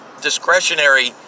discretionary